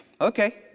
Okay